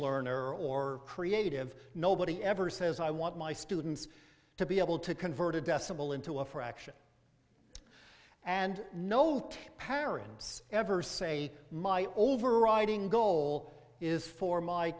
learner or creative nobody ever says i want my students to be able to convert a decimal into a fraction and note parents ever say my overriding goal is for my